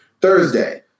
Thursday